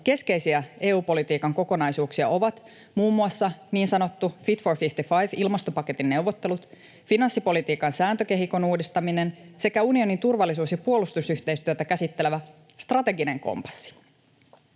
keskeisiä EU-politiikan kokonaisuuksia ovat muun muassa niin sanotun Fit for 55 ‑ilmastopaketin neuvottelut, finanssipolitiikan sääntökehikon uudistaminen sekä unionin turvallisuus- ja puolustusyhteistyötä käsittelevä strateginen kompassi.